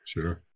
Sure